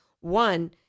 One